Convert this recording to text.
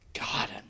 God